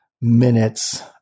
minutes